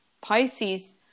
Pisces